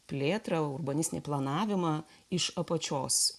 plėtrą urbanistinį planavimą iš apačios